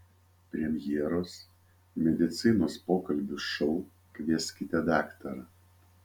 premjeros medicinos pokalbių šou kvieskite daktarą